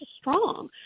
strong